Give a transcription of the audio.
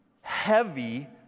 heavy